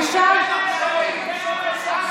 החוק אומר, חברים, אני אתחיל בקריאה ראשונה.